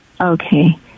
Okay